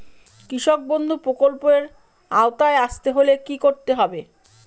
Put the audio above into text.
কৃষকবন্ধু প্রকল্প এর আওতায় আসতে হলে কি করতে হবে?